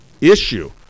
issue